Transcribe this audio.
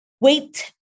wait